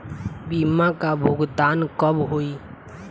बीमा का भुगतान कब होइ?